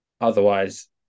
Otherwise